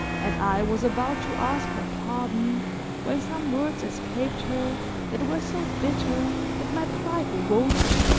and i was about to ask her pardon when some words escaped her that were so bitter that my pride revolted.